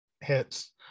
hits